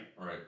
right